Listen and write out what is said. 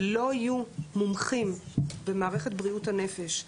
שלא יהיו מומחים במערכת בריאות הנפש,